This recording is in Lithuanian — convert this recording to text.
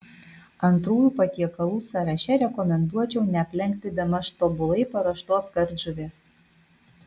antrųjų patiekalų sąraše rekomenduočiau neaplenkti bemaž tobulai paruoštos kardžuvės